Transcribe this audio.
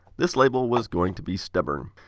this label was going to be stubborn.